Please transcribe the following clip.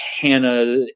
hannah